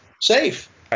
safe